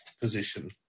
position